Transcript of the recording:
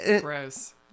Gross